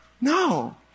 No